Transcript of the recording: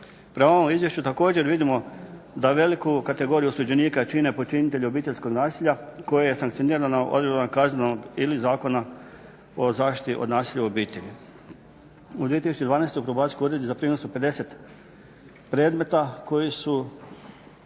Prema ovom izvješću također vidimo da veliku kategoriju osuđenika čine počinitelji obiteljskog nasilja koje je sankcionirano odredbama kaznenog ili Zakona o zaštiti od nasilja u obitelji. U 2012. u probacijskom uredu zaprimljeno je 50 predmeta u kojima su